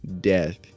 death